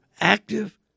active